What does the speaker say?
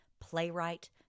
playwright